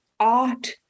art